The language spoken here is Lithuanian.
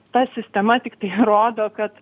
ta sistema tiktai rodo kad